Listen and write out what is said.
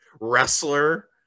wrestler